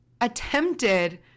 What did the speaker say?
attempted